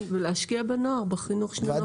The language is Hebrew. כן, ולהשקיע בנוער, בחינוך של הנוער.